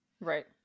Right